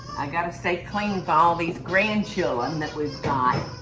i got to stay clean for all these grandchildren that we've got.